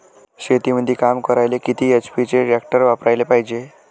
शेतीमंदी काम करायले किती एच.पी चे ट्रॅक्टर वापरायले पायजे?